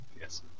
yes